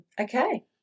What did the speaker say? Okay